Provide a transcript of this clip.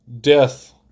death